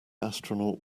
astronaut